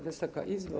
Wysoka Izbo!